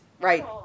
Right